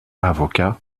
avocat